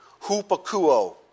Hupakuo